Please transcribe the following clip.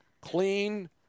Clean